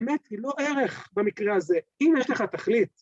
באמת היא לא ערך במקרה הזה, ‫אם יש לך תכלית